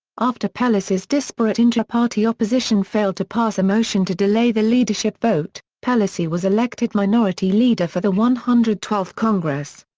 after pelosi's disparate intra-party opposition failed to pass a motion to delay the leadership vote, pelosi was elected minority leader for the one hundred and twelfth congress.